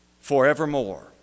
forevermore